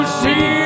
see